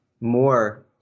more